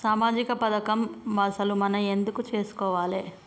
సామాజిక పథకం అసలు మనం ఎందుకు చేస్కోవాలే?